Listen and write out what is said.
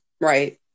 Right